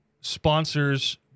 sponsors